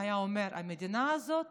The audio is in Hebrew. הוא היה אומר: המדינה הזאת